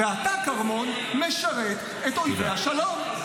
ואתה, כרמון, משרת את אויבי השלום.